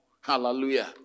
Hallelujah